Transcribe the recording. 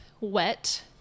wet